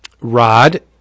Rod